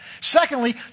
Secondly